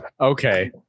okay